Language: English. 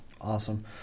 Awesome